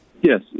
Yes